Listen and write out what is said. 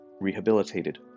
rehabilitated